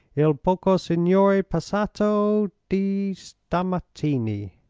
il poco signore passato da stamattini.